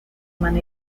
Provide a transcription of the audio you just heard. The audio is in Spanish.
mano